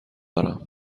دارم